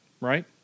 right